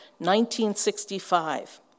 1965